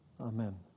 Amen